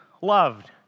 loved